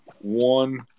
One